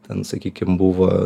ten sakykim buvo